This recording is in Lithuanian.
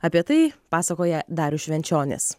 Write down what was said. apie tai pasakoja darius švenčionis